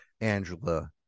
Angela